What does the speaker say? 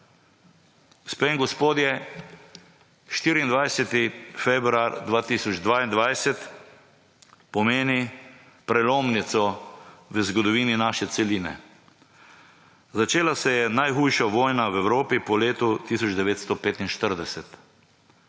in gospodje, 24. februar 2022 pomeni prelomnico v zgodovini naše celine. Začela se je najhujša vojna v Evropi po letu 1945